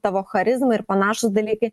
tavo charizma ir panašūs dalykai